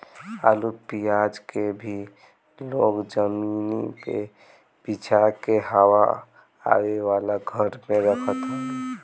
आलू पियाज के भी लोग जमीनी पे बिछा के हवा आवे वाला घर में रखत हवे